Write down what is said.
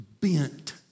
bent